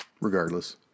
regardless